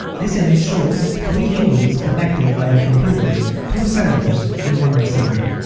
this image shows three humans connected via computers, two senders and one receiver.